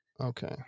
Okay